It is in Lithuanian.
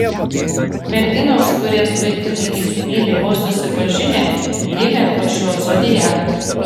merginos kurias vaikinai įsimyli vos susipažinę gimė po šiuo zodiaku